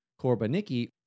Korbaniki